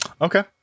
Okay